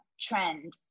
trend